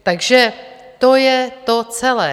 Takže to je to celé.